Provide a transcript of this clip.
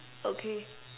okay